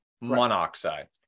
monoxide